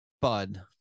bud